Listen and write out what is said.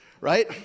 right